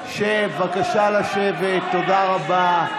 --- שב, בבקשה לשבת, תודה רבה.